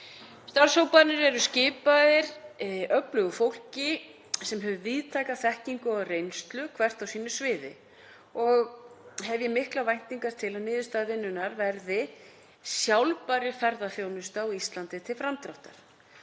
Starfshóparnir eru skipaðir öflugu fólki sem hefur víðtæka þekkingu og reynslu hvert á sínu sviði og hef ég miklar væntingar til að niðurstaða vinnunnar verði sjálfbærri ferðaþjónustu á Íslandi til framdráttar.